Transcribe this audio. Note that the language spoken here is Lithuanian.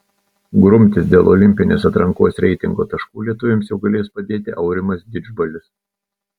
grumtis dėl olimpinės atrankos reitingo taškų lietuviams jau galės padėti aurimas didžbalis